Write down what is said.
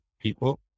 people